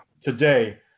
Today